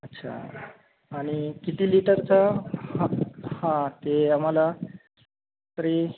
अच्छा आणि किती लीटरचं हां हां ते आम्हाला तरी